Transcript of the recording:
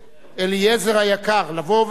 אליעזר היקר, לבוא ולעלות,